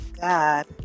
God